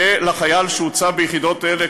תהיה לחייל שהוצב ביחידות אלה,